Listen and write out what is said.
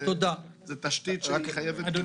זו תשתית שחייבת להינתן.